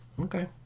Okay